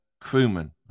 crewman